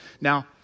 Now